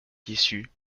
tissus